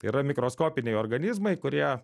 tai yra mikroskopiniai organizmai kurie